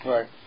Right